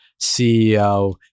CEO